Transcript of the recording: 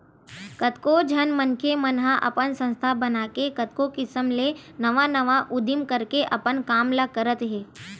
कतको झन मनखे मन ह अपन संस्था बनाके कतको किसम ले नवा नवा उदीम करके अपन काम ल करत हे